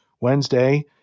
wednesday